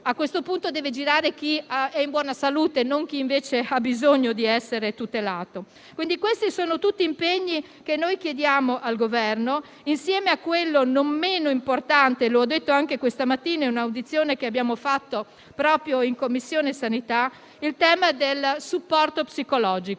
a questo punto deve girare chi è in buona salute, non chi invece ha bisogno di essere tutelato. Questi sono tutti impegni che noi chiediamo al Governo, insieme a quello non meno importante, come ho detto anche questa mattina in un'audizione che abbiamo fatto in 12a Commissione, del supporto psicologico.